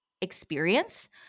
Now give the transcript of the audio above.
experience